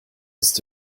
ist